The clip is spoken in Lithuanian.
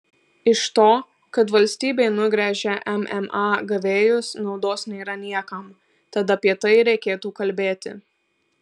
iš to kad valstybė nugręžia mma gavėjus naudos nėra niekam tad apie tai ir reikėtų kalbėti